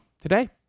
Today